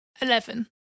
Eleven